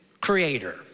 creator